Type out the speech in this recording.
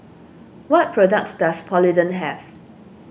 what products does Polident have